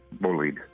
bullied